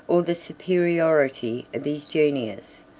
or the superiority of his genius.